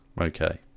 Okay